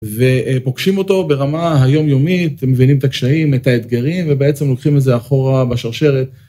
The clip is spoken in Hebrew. ופוגשים אותו ברמה היומיומית מבינים את הקשיים את האתגרים ובעצם לוקחים את זה אחורה בשרשרת.